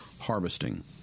harvesting